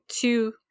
two